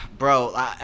Bro